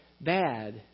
bad